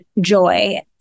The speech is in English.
joy